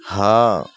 ہاں